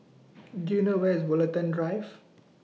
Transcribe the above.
Do YOU know Where IS Woollerton Drive